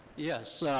yes,